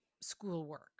schoolwork